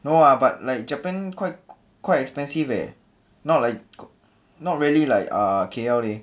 no lah but like japan quite quite expensive eh not like not really like uh K_L leh